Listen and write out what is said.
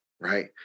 right